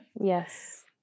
yes